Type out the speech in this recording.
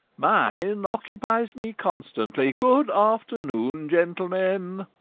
mine occupies me constantly. good afternoon, gentlemen!